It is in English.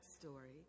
story